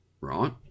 right